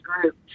group